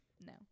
no